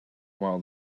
while